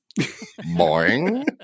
boing